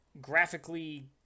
graphically